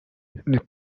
les